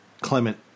Clement